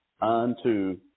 unto